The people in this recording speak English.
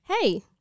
Hey